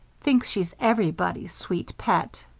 thinks she's ev'rybody's sweet pet.